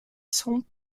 sont